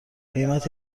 قیمت